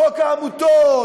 חוק העמותות,